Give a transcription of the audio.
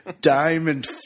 Diamond